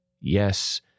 yes